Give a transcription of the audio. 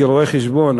כרואה-חשבון,